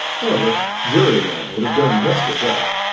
however, jury-men would have done just as well.